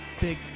big